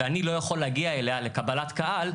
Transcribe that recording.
ואני לא יכול להגיע אליה לקבלת קהל,